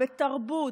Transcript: בתרבות,